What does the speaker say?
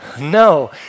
No